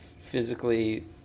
physically